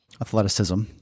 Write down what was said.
Athleticism